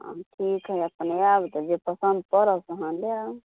ठीक है अपन आयब तऽ जे पसन्द पड़त अहाँ लऽ आयब